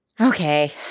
Okay